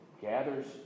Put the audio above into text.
gathers